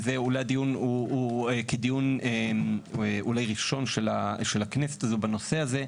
ואולי הדיון הוא דיון ראשון של הכנסת הזו בנושא הזה,